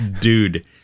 dude